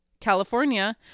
California